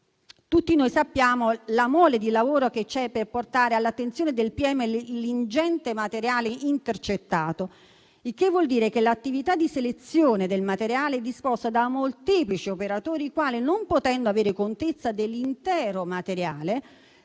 tutti noi conosciamo la mole di lavoro che c'è per portare all'attenzione del pubblico ministero l'ingente materiale intercettato, il che vuol dire che l'attività di selezione del materiale è disposta da molteplici operatori, i quali, non potendo avere contezza dell'intero materiale,